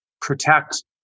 protect